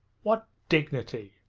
what dignity!